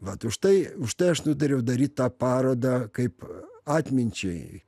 vat užtai užtai aš nutariau daryt tą parodą kaip atminčiai